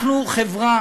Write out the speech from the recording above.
אנחנו חברה